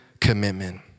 commitment